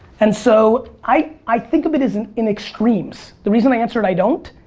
and so, i i think of it as in in extremes. the reason i answered, i don't,